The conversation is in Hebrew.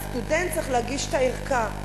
שהסטודנט צריך להגיש את הערכה.